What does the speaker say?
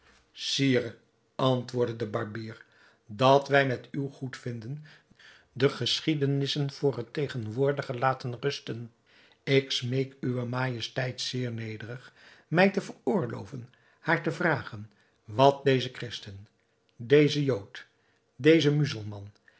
sire antwoordde de barbier dat wij met uw goedvinden de geschiedenissen voor het tegenwoordige laten rusten ik smeek uwe majesteit zeer nederig mij te veroorloven haar te vragen wat deze christen deze jood deze